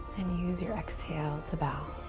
and use your exhale to bow.